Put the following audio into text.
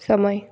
समय